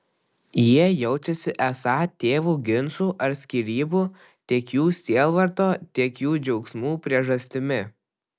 jie jaučiasi esą tėvų ginčų ar skyrybų tiek jų sielvarto tiek jų džiaugsmų priežastimi